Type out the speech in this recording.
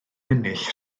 ennill